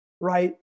right